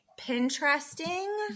Pinteresting